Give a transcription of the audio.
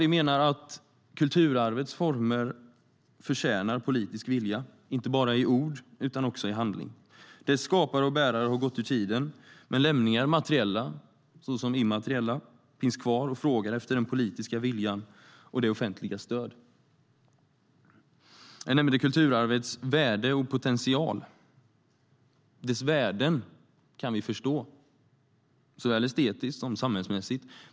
Vi menar att kulturarvets former förtjänar politisk vilja, inte bara i ord utan också i handling. Dess skapare och bärare har gått ur tiden, men lämningar, såväl materiella som immateriella, finns kvar och frågar efter den politiska viljan och det offentligas stöd. Jag nämnde kulturarvets värde och potential. Dess värden kan vi förstå, såväl estetiskt som samhällsmässigt.